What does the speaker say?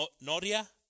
Noria